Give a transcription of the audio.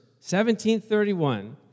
1731